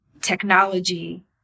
technology